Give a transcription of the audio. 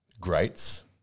greats